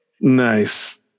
Nice